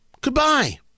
Goodbye